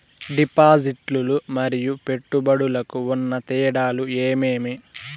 డిపాజిట్లు లు మరియు పెట్టుబడులకు ఉన్న తేడాలు ఏమేమీ?